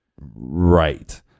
right